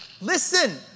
listen